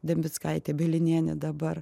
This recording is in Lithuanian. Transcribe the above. dembickaitė bielinienė dabar